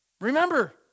Remember